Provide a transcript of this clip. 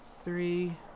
Three